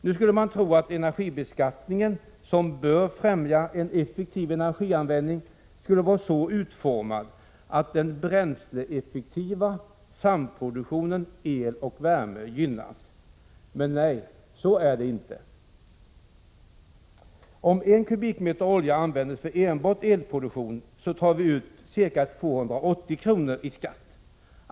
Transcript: Nu skulle man tro att energibeskattningen, som bör främja en effektiv energianvändning, skulle vara så utformad att den bränsleeffektiva samproduktionen av el och värme gynnas. Men nej, så är det inte. Om en kubikmeter olja används för enbart elproduktion, tar vi ut ca 280 kr. i skatt.